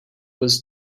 was